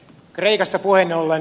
kreikasta puheen ollen